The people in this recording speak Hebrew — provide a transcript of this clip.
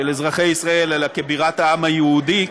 של אזרחי ישראל, אלא כבירת העם היהודי,